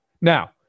Now